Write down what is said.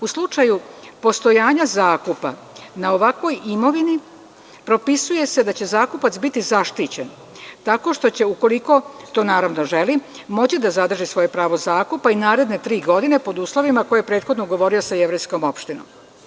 U slučaju postojanja zakupa na ovakvoj imovini, propisuje se da će zakupac biti zaštićen tako što će ukoliko, to naravno želim, moći da zadrži svoje pravo zakupa i naredne tri godine pod uslovima koje je prethodno govorio sa jevrejskom opštinom.